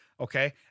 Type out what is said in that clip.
Okay